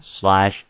slash